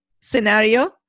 scenario